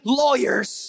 lawyers